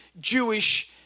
Jewish